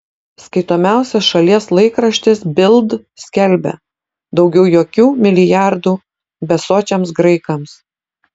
skaitomiausias šalies laikraštis bild skelbia daugiau jokių milijardų besočiams graikams